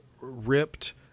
ripped